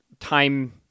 Time